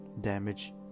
damage